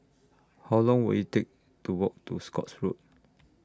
How Long Will IT Take to Walk to Scotts Road